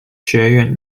学院